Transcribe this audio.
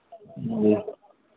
जी